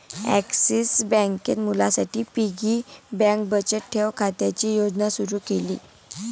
axis बँकेत मुलांसाठी piggy bank बचत ठेव खात्याची योजना सुरू केली